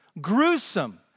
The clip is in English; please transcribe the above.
gruesome